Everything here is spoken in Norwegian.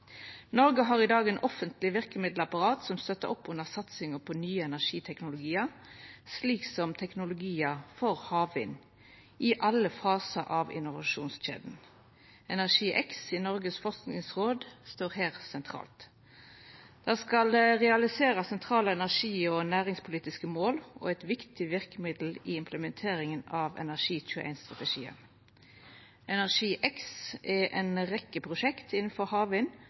Noreg har i dag eit offentleg verkemiddelapparat som støttar opp under satsinga på nye energiteknologiar, slik som teknologiar for havvind i alle fasar av innovasjonskjeda. ENERGIX i Noregs forskingsråd står her sentralt. Det skal realiserast sentrale energi- og næringspolitiske mål, og det er eit viktig verkemiddel i implementeringa av Energi21-strategien. ENERGIX har ei rekkje prosjekt innafor havvind,